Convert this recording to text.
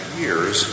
years